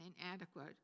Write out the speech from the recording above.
inadequate